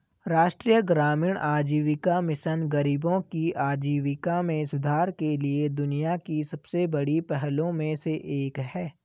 राष्ट्रीय ग्रामीण आजीविका मिशन गरीबों की आजीविका में सुधार के लिए दुनिया की सबसे बड़ी पहलों में से एक है